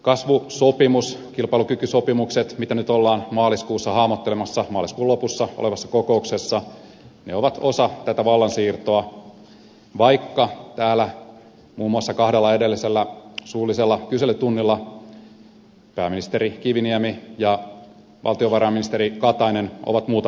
tämä kasvusopimus kilpailukykysopimukset mitä nyt ollaan hahmottelemassa maaliskuun lopussa olevassa kokouksessa ovat osa tätä vallansiirtoa vaikka täällä muun muassa kahdella edellisellä suullisella kyselytunnilla pääministeri kiviniemi ja valtiovarainministeri katainen ovat muuta väittäneet